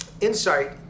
insight